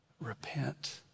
repent